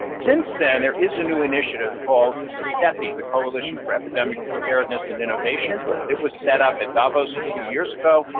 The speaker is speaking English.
since then, there is a new initiative called cepi, the the coalition for epidemic preparedness and innovations. it was set up at davos a few years ago,